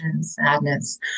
sadness